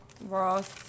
Ross